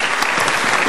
(מחיאות כפיים) תודה רבה,